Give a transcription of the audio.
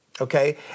Okay